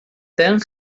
then